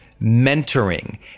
Mentoring